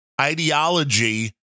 ideology